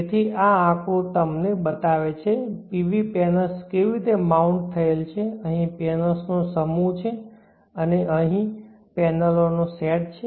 તેથી આ આંકડો તમને બતાવે છે PV પેનલ્સ કેવી રીતે માઉન્ટ થયેલ છે અહીં પેનલ્સનો સમૂહ છે અને અહીં પેનલોનો સેટ છે